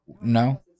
no